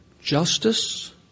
justice